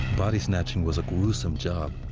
body snatching was a gruesome job,